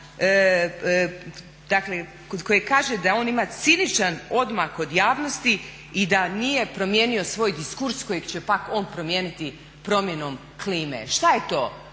koji kaže da on ima ciničan odmak od javnosti i da nije promijenio svoj diskurs kojeg će pak on promijeniti promjenom klime. Što je to?